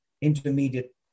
intermediate